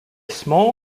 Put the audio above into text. small